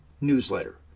newsletter